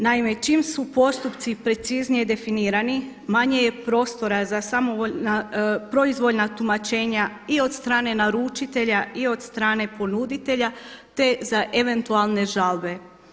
Naime, čim su postupci preciznije definirani manje je prostora za proizvoljna tumačenja i od strane naručitelja i od strane ponuditelja, te za eventualne žalbe.